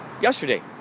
yesterday